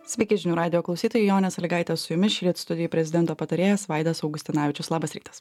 sveiki žinių radijo klausytojai jonė sąlygaitė su jumis šįryt studijoj prezidento patarėjas vaidas augustinavičius labas rytas